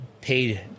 paid